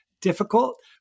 difficult